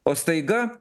o staiga